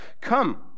Come